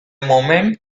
moment